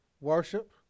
worship